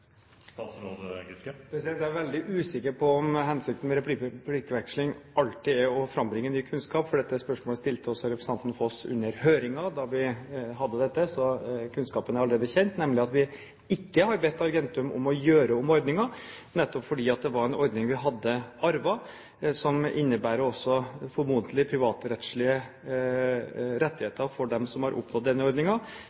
Jeg er veldig usikker på om hensikten med replikkveksling alltid er å frambringe ny kunnskap, for dette spørsmålet stilte også representanten Foss under høringen da vi hadde den. Så den kunnskapen er allerede kjent – nemlig at vi ikke har bedt Argentum om å gjøre om ordningen, nettopp fordi det var en ordning vi hadde arvet, som formodentlig innebærer